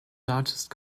largest